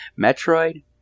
Metroid